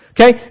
Okay